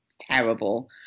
terrible